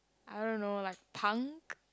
I don't know like punk